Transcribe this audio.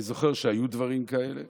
אני זוכר שהיו דברים כאלה,